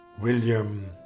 William